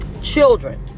Children